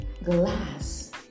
Glass